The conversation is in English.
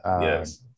Yes